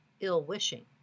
ill-wishing